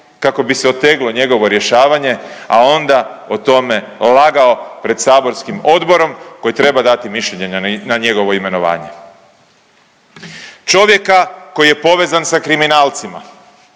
kako bi se oteglo njegovo rješavanje, a onda o tome lagao pred saborskim odborom koji treba dati mišljenje na njegovo imenovanje, čovjeka koji je povezan sa kriminalcima,